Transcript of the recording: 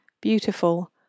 beautiful